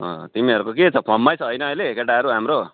अँ तिमीहरूको के छ फर्ममै छ होइन अहिले केटाहरू हाम्रो